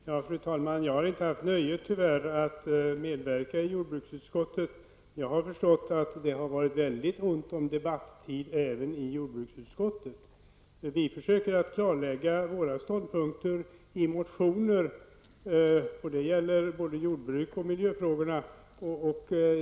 Fru talman! Jag har tyvärr inte haft nöjet att medverka i jordbruksutskottet, men jag har förstått att det har varit väldigt ont om debattid även där. Vi försöker att klargöra våra ståndpunkter i motioner när det gäller både jordbruks och miljöfrågorna.